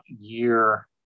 year